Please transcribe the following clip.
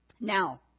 Now